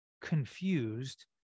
confused